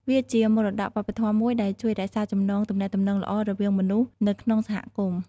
វាជាមរតកវប្បធម៌មួយដែលជួយរក្សាចំណងទំនាក់ទំនងល្អរវាងមនុស្សនៅក្នុងសហគមន៍។